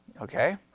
Okay